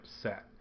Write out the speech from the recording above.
set